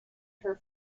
her